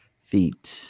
feet